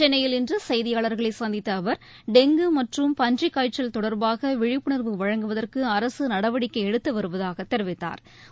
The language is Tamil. சென்னையில் இன்று செய்தியாளர்களை சந்தித்த அவர் டெங்கு மற்றும் பன்றிக் காய்ச்சல் தொடர்பாக விழிப்புணா்வு வழங்குவதற்கு அரசு நடவடிக்கை எடுத்து வருவதாகத் தெரிவித்தாா்